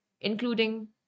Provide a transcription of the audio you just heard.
including